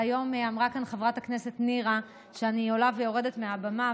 והיום אמרה כאן חברת הכנסת נירה שאני עולה ויורדת מהבמה,